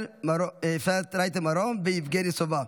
אפרת רייטן מרום ויבגני סובה.